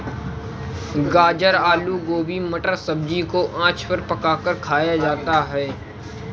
गाजर आलू गोभी मटर सब्जी को आँच पर पकाकर खाया जाता है